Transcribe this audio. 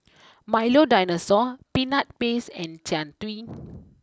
Milo dinosaur Peanut Paste and Jian Dui